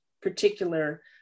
particular